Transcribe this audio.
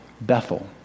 Bethel